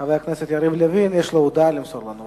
חבר הכנסת יריב לוין, יש לו הודעה למסור לנו.